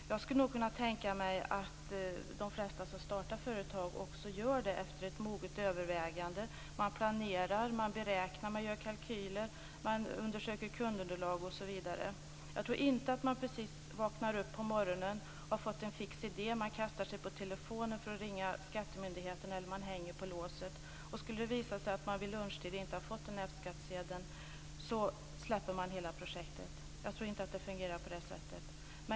Jag kan tänka mig att de flesta som startar företag gör det efter moget övervägande. Man planerar, beräknar, gör kalkyler, undersöker kundunderlag osv. Jag tror inte att det precis är så att man när man vaknar på morgonen, efter att ha fått en fix idé, kastar sig på telefonen för att ringa skattemyndigheten eller hänger på låset där. Skulle det sedan visa sig att man vid lunchtid inte har fått en F-skattsedel släpper man hela projektet. Jag tror inte att det fungerar på det sättet.